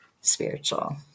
spiritual